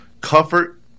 comfort